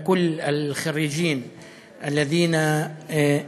(אומר דברים בשפה הערבית,